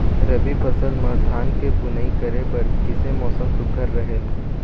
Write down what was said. रबी फसल म धान के बुनई करे बर किसे मौसम सुघ्घर रहेल?